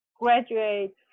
graduate